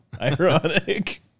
ironic